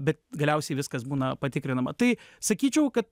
bet galiausiai viskas būna patikrinama tai sakyčiau kad